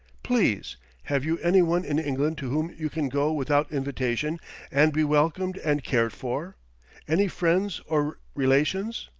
please have you any one in england to whom you can go without invitation and be welcomed and cared for any friends or relations?